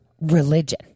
Religion